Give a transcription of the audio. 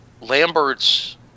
Lambert's